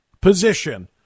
position